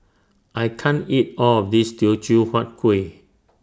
I can't eat All of This Teochew Huat Kuih